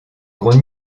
gros